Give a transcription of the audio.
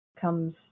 comes